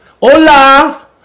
Hola